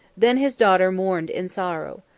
then his daughter mourned in sorrow.